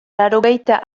laurogeita